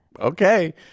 Okay